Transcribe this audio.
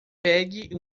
pegue